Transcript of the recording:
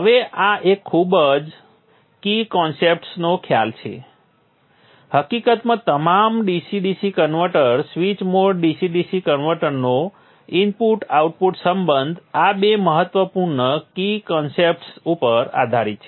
હવે આ એક ખૂબ જ કી કન્સેપ્ટ્સ નો ખ્યાલ છે હકીકતમાં તમામ DC DC converters switched mode DC DC કન્વર્ટરનો ઇનપુટ આઉટપુટ સંબંધ આ બે મહત્વપૂર્ણ કી કન્સેપ્ટ્સ ઉપર આધારિત છે